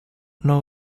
know